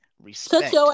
respect